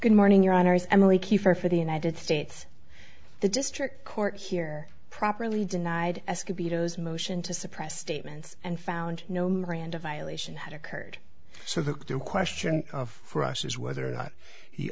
good morning your honor is emily kiefer for the united states the district court here properly denied as could be joe's motion to suppress statements and found no miranda violation had occurred so the question for us is whether or not he